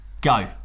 go